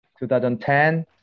2010